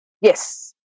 Yes